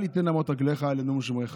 אל יתן למוט רגלך אל ינום שמרך.